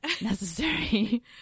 necessary